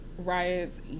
riots